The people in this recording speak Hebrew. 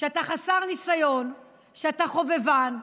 שאתה חסר ניסיון, שאתה חובבן.